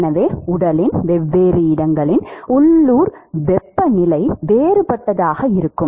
எனவே உடலின் வெவ்வேறு இடங்களின் உள்ளூர் வெப்பநிலை வேறுபட்டதாக இருக்கும்